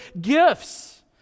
gifts